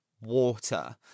water